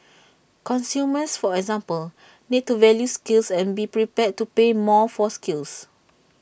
consumers for example need to value skills and be prepared to pay more for skills